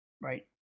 right